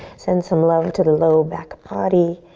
send some love to the lower back body.